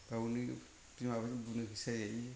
गावनो बिमाफोरजों बुनो होसोजायो